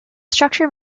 structure